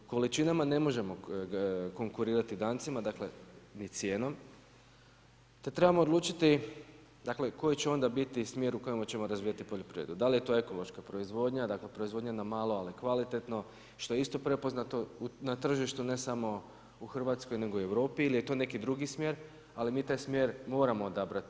Količinama ne možemo konkurirati Dancima, dakle ni cijenom te trebamo odlučiti koji će onda biti smjer u kojem ćemo razvijati poljoprivredu, da li je to ekološka proizvodnja, dakle proizvodnja na malo, ali kvalitetno što je isto prepoznato na tržištu ne samo u Hrvatskoj nego i u Europi ili je to neki drugi smjer, ali mi taj smjer moramo odabrati.